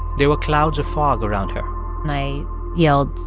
there were clouds of fog around her i yelled,